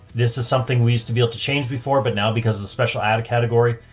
this is something we used to be able to change before, but now because of the special added category,